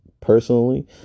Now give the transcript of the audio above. personally